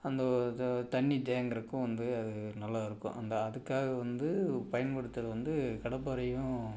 அந்த அதை தண்ணி தேங்கிறக்கும் வந்து அது நல்லாயிருக்கும் அது அதுக்காக வந்து பயன்படுத்துறது வந்து கடப்பாரையும்